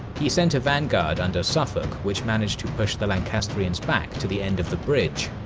he sent a vanguard under suffolk, which managed to push the lancastrians back to the end of the bridge.